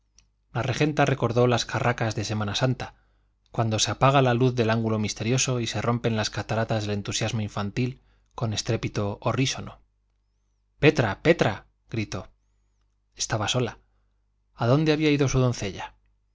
la regenta recordó las carracas de semana santa cuando se apaga la luz del ángulo misterioso y se rompen las cataratas del entusiasmo infantil con estrépito horrísono petra petra gritó estaba sola adónde había ido su doncella